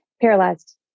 Paralyzed